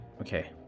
okay